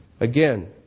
again